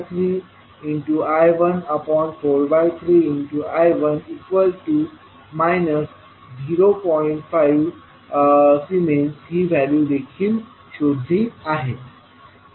5 S ही value देखील शोधली आहे